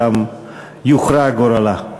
אז היא תועבר לוועדת הכנסת ושם יוכרע גורלה.